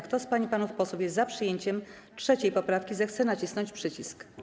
Kto z pań i panów posłów jest za przyjęciem 3. poprawki, zechce nacisnąć przycisk.